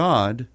God